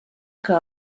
que